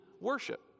worship